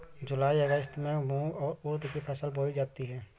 जूलाई अगस्त में मूंग और उर्द की फसल बोई जाती है